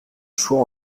choix